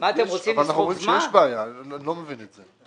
אבל אנחנו אומרים שיש בעיה, אני לא מבין את זה.